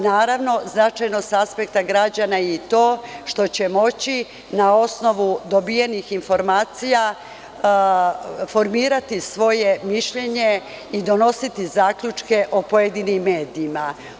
Naravno, značajno sa aspekta građana je i to što će moći na osnovu dobijenih informacija formirati svoje mišljenje i donositi zaključke o pojedinim medijima.